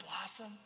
blossom